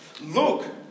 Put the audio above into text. Look